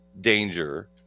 danger